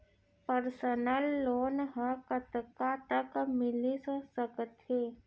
Personal loan ह कतका तक मिलिस सकथे?